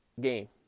game